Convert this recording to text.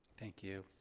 thank you.